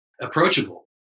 approachable